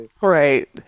Right